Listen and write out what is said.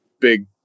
big